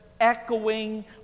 echoing